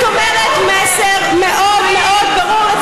את אומרת מסר מאוד מאוד ברור לציבור,